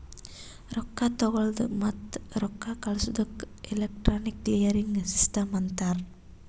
ರೊಕ್ಕಾ ತಗೊಳದ್ ಮತ್ತ ರೊಕ್ಕಾ ಕಳ್ಸದುಕ್ ಎಲೆಕ್ಟ್ರಾನಿಕ್ ಕ್ಲಿಯರಿಂಗ್ ಸಿಸ್ಟಮ್ ಅಂತಾರ್